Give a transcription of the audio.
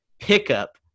Pickup